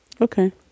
Okay